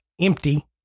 empty